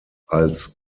als